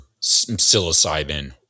psilocybin